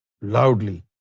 loudly